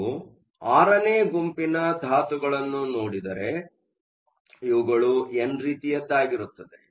ನೀವು VI ನೇ ಗುಂಪಿನ ಧಾತುಗಳನ್ನು ನೋಡಿದರೆ ಇವುಗಳು ಎನ್ ರೀತಿಯದ್ದಾಗಿರುತ್ತದೆ